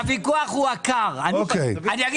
אדוני המנכ"ל, הוויכוח הוא עקר.